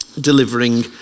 delivering